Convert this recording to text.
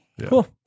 Cool